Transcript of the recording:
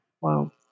wow